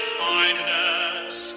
kindness